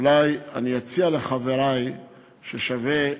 אולי אני אציע לחברי ששווה להימנע.